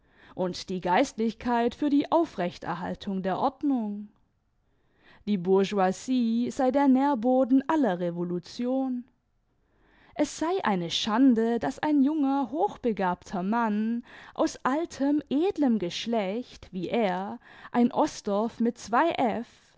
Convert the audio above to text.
und die geistlichkeit für die aufrechterhaltung der ordnung die bourgeoisie sei der nährboden aller revolution es sei eine schande daß ein junger hochbegabter mann aus altem edlem geschlecht wie er ein osdorff mit zwei f